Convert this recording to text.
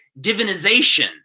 divinization